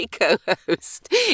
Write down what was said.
co-host